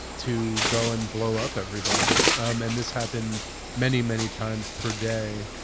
to go and blow up everybody. um and this happened many, many times per day.